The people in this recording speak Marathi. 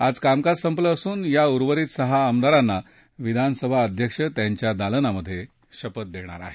आज कामकाज संपलं असून या उर्वरित सहा आमदारांना विधानसभा अध्यक्ष त्यांच्या दालनात शपथ देतील